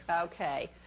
Okay